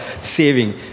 saving